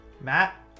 Matt